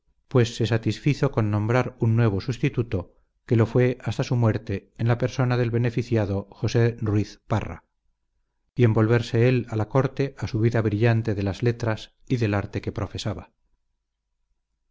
pues se satisfizo con nombrar un nuevo sustituto que lo fue hasta su muerte en la persona del beneficiado josé ruiz parra y en volverse él a la corte a su vida brillante de las letras y del arte que profesaba